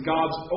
God's